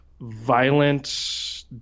Violent